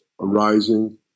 arising